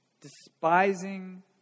Despising